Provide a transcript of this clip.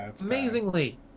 Amazingly